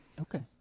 Okay